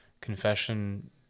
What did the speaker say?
confession